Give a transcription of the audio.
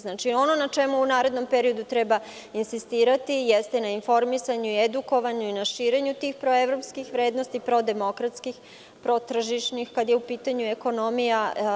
Znači, ono na čemu u narednom periodu treba insistirati jeste na informisanju i edukovanju, na širenju tih proevropskih vrednosti, prodemokratskih, protržišnih, kada je u pitanju ekonomija.